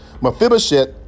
Mephibosheth